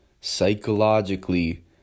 psychologically